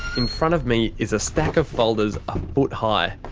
in front of me is a stack of folders a foot high.